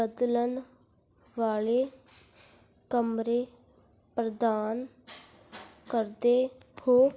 ਬਦਲਣ ਵਾਲੇ ਕਮਰੇ ਪ੍ਰਦਾਨ ਕਰਦੇ ਹੋ